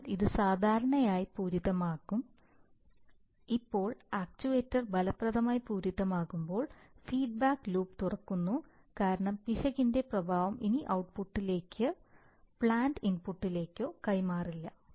അതിനാൽ ഇത് സാധാരണയായി പൂരിതമായിരിക്കും ഇപ്പോൾ ആക്യുവേറ്റർ ഫലപ്രദമായി പൂരിതമാകുമ്പോൾ ഫീഡ്ബാക്ക് ലൂപ്പ് തുറക്കുന്നു കാരണം പിശകിന്റെ പ്രഭാവം ഇനി ഔട്ട്പുട്ടിലേക്കോ പ്ലാന്റ് ഇൻപുട്ടിലേക്കോ കൈമാറില്ല അതിനാൽ ഇൻപുട്ട് മാറില്ല പിശകിന് മറുപടിയായി പക്ഷേ സ്ഥിരമായി നിലനിൽക്കും